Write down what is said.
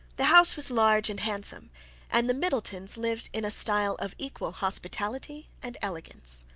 the house was large and handsome and the middletons lived in a style of equal hospitality and elegance.